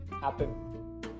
happen